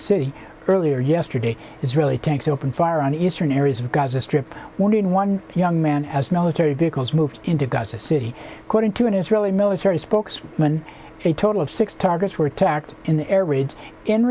city earlier yesterday israeli tanks opened fire on eastern areas of gaza strip warning one young man as military vehicles moved into gaza city according to an israeli military spokesman a total of six targets were attacked in the air raid in